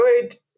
good